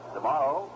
Tomorrow